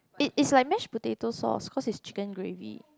it is like mashed potato sauce cause it's chicken gravy